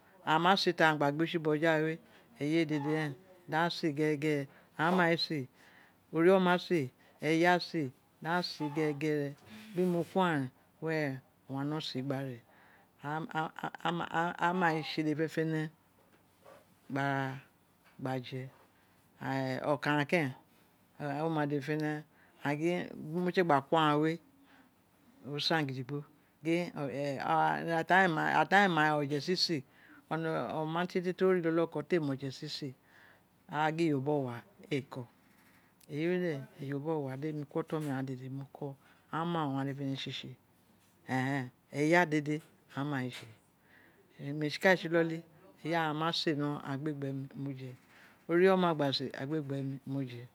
Aghaa me tse taghan gba gbe tsi boto ja we eye dede ren daghan tse gere aghan mai se ori oma se, eya se aghan se aghan se ghere ghere bin mo ko aghan ren were owun aghan no se gba re aghaa mai mai tse fenefene gba je oko aghan keren o ma dede fenefene a gin biri mo fe gba ko aghan we o san gidigbo gin ira ta ira tai ma oje sise oma tietie ko re iloli oko te ma oje sise awa gin iyo ro bin owa ro ee bo. Eyi we de iyo ro biri owa no demi ko oton mi ghan dede fenefene tsitse eya eya dede aghan mai se, mo tsikale ni iloli eya ghan ma se negho aghan gbe gbe mi mo je ori oma gba se agha gbe gbe mi mo je.